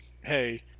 Hey